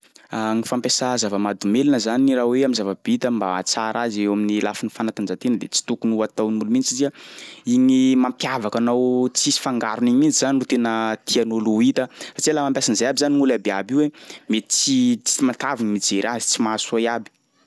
Gny fampiasà zava-mahadomelina zany raha hoe am'zava-bita mba ahatsara azy eo amin'ny lafiny fanatanjahantena de tsy tokony ho ataon'olo mihitsy satria igny mampiavaka anao tsisy fangarony igny mitsy zany ro tian'olo ho hita satsia laha mampiasa an'izay aby zany gn'olo iabiby io e mety tsy tsy matavy ny mijery azy, tsy mahasoa iaby.